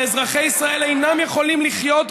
שאזרחי ישראל אינם יכולים לחיות בו,